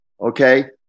Okay